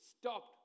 stopped